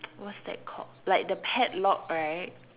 what's that called like the padlock right